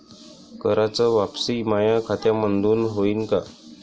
कराच वापसी माया खात्यामंधून होईन का?